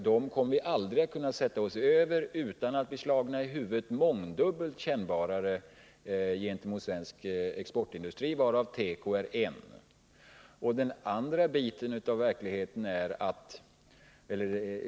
Dem kommer vi aldrig att kunna sätta oss över utan att bli slagna i huvudet mångdubbelt kännbarare när det gäller svensk exportindustri, varav teko är en del.